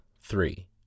three